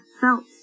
felt